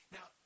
Now